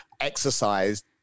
exercise